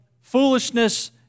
foolishness